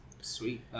Sweet